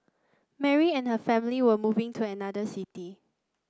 Mary and her family were moving to another city